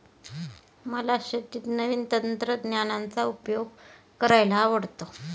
मला शेतीत नवीन तंत्रज्ञानाचा उपयोग करायला आवडतो